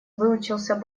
выучился